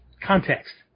Context